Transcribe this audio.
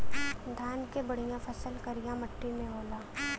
धान के बढ़िया फसल करिया मट्टी में होला